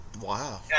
Wow